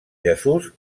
jesús